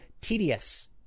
Tedious